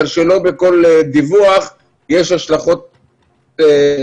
פה מדובר בדיווח שיש לו השלכות אזרחיות.